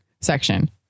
section